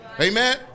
amen